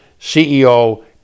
ceo